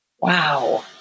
Wow